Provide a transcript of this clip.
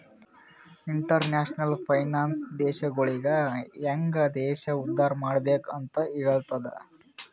international finance ದೇಶಗೊಳಿಗ ಹ್ಯಾಂಗ್ ದೇಶ ಉದ್ದಾರ್ ಮಾಡ್ಬೆಕ್ ಅಂತ್ ಹೆಲ್ತುದ